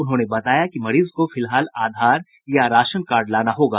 उन्होंने बताया कि मरीज को फिलहाल आधार या राशन कार्ड लाना होगा